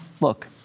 look